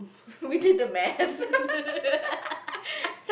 we did the maths